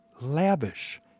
lavish